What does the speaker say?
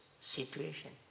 situation